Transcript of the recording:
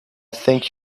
think